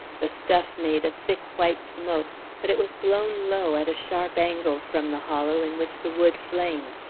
the stuff made a thick white smoke, but it was blown low at a sharp angle from the hollow in which the wood flamed,